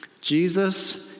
Jesus